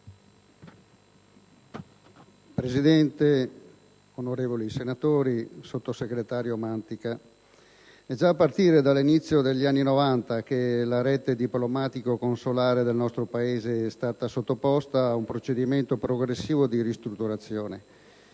Presidente, onorevoli senatori, signor sottosegretario Mantica, è già a partire dall'inizio degli anni Novanta che la rete diplomatico- consolare del nostro Paese è stata sottoposta ad un procedimento progressivo di ristrutturazione.